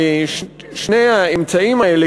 ששני האמצעים האלה,